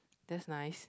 that's nice